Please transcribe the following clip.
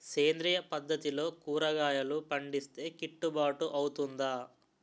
సేంద్రీయ పద్దతిలో కూరగాయలు పండిస్తే కిట్టుబాటు అవుతుందా?